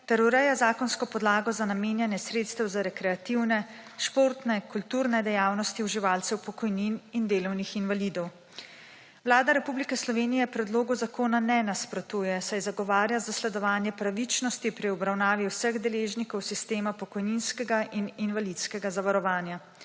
ter ureja zakonsko podlago za namenjanje sredstev za rekreativne, športne, kulturne dejavnosti uživalcev pokojnin in delovnih invalidov. Vlada Republike Slovenije predlogu zakona ne nasprotuje, saj zagovarja zasledovanje pravičnosti pri obravnavi vseh deležnikov sistema pokojninskega in invalidskega zavarovanja.